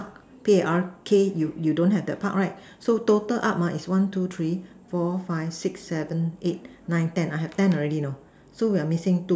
P_A_R_K you you don't have the Park right so total up mine is one two three four five six seven eight nine ten and I have ten already now so I'm missing two